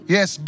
Yes